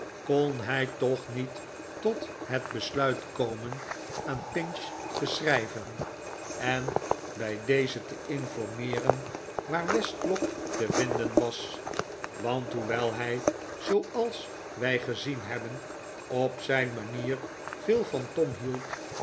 kon hij toch niet tot het besluit komen aan pinch te schrijven en bij dezen te informeeren waar westlock te vinden was want hoewel hij r zooals wij gezien hebben op zijn manier veel van tom hield